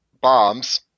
bombs